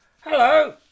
Hello